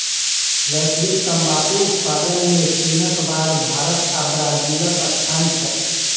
वैश्विक तंबाकू उत्पादन मे चीनक बाद भारत आ ब्राजीलक स्थान छै